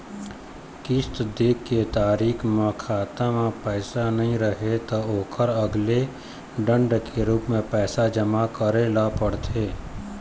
किस्त दे के तारीख म खाता म पइसा नइ रही त ओखर अलगे ले दंड के रूप म पइसा जमा करे ल परथे